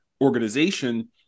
organization